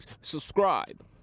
Subscribe